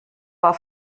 war